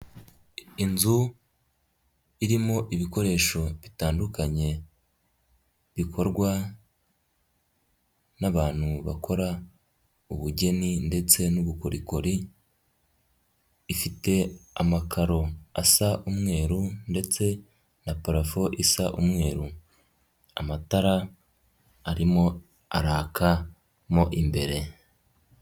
Inzu irimo ibikoresho bitandukanye bikorwa n'abantu bakora ubugeni ndetse n'ubukorikori, ifite amakaro asa umweru ndetse na parafo isa umweru, amatara arimo araka mo imbere.